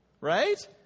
Right